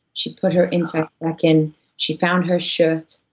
she put her insides back in she found her shirt,